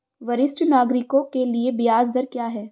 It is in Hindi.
वरिष्ठ नागरिकों के लिए ब्याज दर क्या हैं?